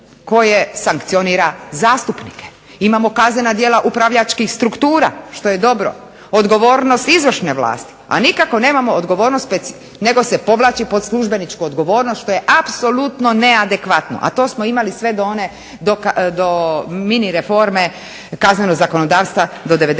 koje sankcionira zastupnike. Imamo kaznena djela upravljačkih struktura što je dobro, odgovornost izvršne vlasti, a nikako nemamo odgovornost …/Ne razumije se./… nego se povlači pod službeničku odgovornost što je apsolutno neadekvatno, a to smo imali sve do mini reforme kaznenog zakonodavstva, do '97.